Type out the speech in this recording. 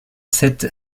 sept